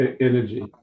energy